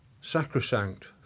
sacrosanct